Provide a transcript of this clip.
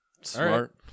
smart